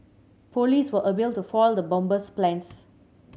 police were able to foil the bomber's plans